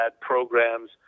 programs